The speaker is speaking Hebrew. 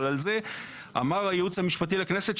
אבל על זה אמר הייעוץ המשפטי לכנסת,